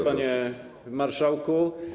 Panie Marszałku!